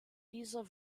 dieser